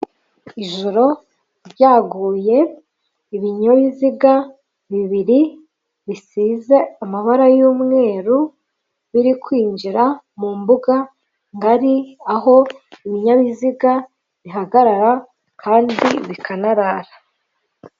Ijoro ryaguye ibinyabiziga bibiri bisize amabara y'umweru biri kwinjira mu mbuga ngari aho ibinyabiziga bihagarara kandi bikanarara.